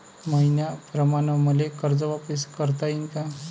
मईन्याप्रमाणं मले कर्ज वापिस करता येईन का?